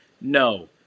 no